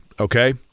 okay